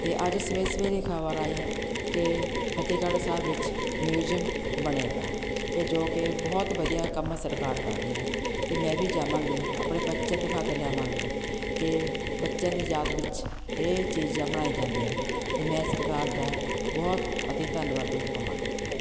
ਅਤੇ ਅੱਜ ਸਵੇਰੇ ਸਵੇਰੇ ਖਬਰ ਆਈ ਕਿ ਫਤਿਹਗੜ੍ਹ ਸਾਹਿਬ ਵਿੱਚ ਮਿਊਜ਼ੀਅਮ ਬਣੇਗਾ ਅਤੇ ਜੋ ਕਿ ਬਹੁਤ ਵਧੀਆ ਕੰਮ ਸਰਕਾਰ ਕਰ ਰਹੀ ਹੈ ਅਤੇ ਮੈਂ ਵੀ ਜਾਵਾਂਗੀ ਆਪਣੇ ਬੱਚੇ ਨੂੰ ਦਿਖਾ ਕੇ ਲਿਆਵਾਂਗੀ ਕਿ ਬੱਚਿਆਂ ਦੀ ਯਾਦ ਵਿੱਚ ਇਹ ਚੀਜ਼ਾਂ ਬਣਾਈ ਜਾਂਦੀਆਂ ਅਤੇ ਮੈਂ ਸਰਕਾਰ ਦਾ ਬਹੁਤ ਅਤਿ ਧੰਨਵਾਦੀ ਹੋਵਾਂਗੀ